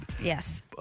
Yes